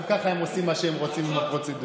גם ככה הם עושים מה שהם רוצים עם הפרוצדורות.